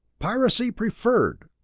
piracy preferred!